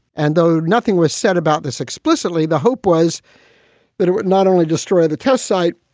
and though nothing was said about this explicitly, the hope was that it would not only destroy the test site.